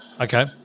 Okay